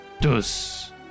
dus